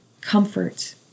comfort